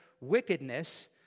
wickedness